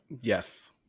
yes